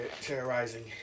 terrorizing